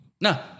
No